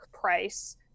price